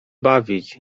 bawić